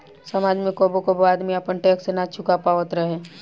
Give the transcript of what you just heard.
समाज में कबो कबो आदमी आपन टैक्स ना चूका पावत रहे